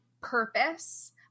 purpose